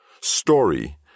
story